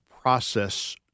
process